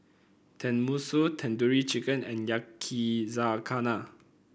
Tenmusu Tandoori Chicken and Yakizakana